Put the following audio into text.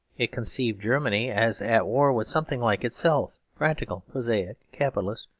it conceived germany as at war with something like itself practical, prosaic, capitalist,